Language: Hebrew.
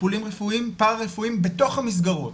טיפולים רפואיים, פרא רפואיים בתוך המסגרות,